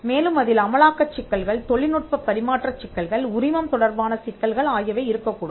மேலும் அதில் அமலாக்கச் சிக்கல்கள் தொழில்நுட்பப் பரிமாற்றச் சிக்கல்கள் உரிமம் தொடர்பான சிக்கல்கள் ஆகியவை இருக்கக் கூடும்